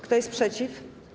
Kto jest przeciw?